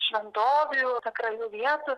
šventovių sakralių vietų